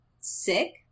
sick